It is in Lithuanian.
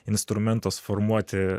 instrumentas formuoti